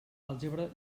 àlgebra